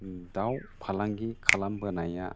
दाव फालांगि खालामबोनाया